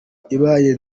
ibaye